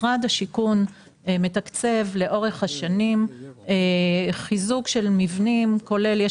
משרד השיכון מתקצב לאורך השנים חיזוק של מבנים כולל זה